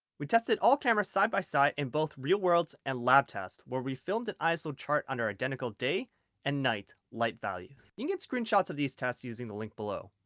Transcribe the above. we tested all cameras side-by-side in both real-world and lab tests where we filmed an iso resolution chart under identical day and night light values. you can get screenshots of these tests using the link below.